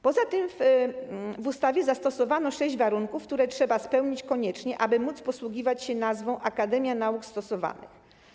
Poza tym w ustawie zastosowano sześć warunków, które trzeba spełnić koniecznie, aby móc posługiwać się nazwą „akademia nauk stosowanych”